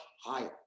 higher